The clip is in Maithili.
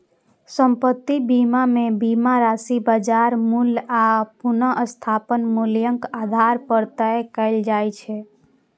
संपत्ति बीमा मे बीमा राशि बाजार मूल्य आ पुनर्स्थापन मूल्यक आधार पर तय कैल जाइ छै